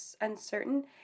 uncertain